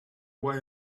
way